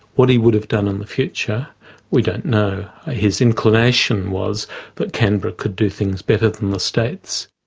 what he would have done in the future we don't know. his inclination was that canberra could do things better than the states.